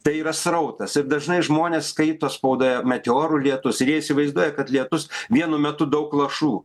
tai yra srautas ir dažnai žmonės skaito spaudoje meteorų lietus ir jie įsivaizduoja kad lietus vienu metu daug lašų